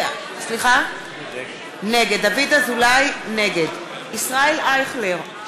נגד ישראל אייכלר,